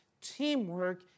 teamwork